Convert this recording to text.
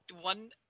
one